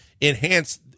enhance